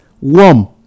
warm